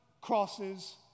crosses